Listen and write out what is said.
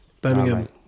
Birmingham